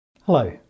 Hello